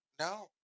No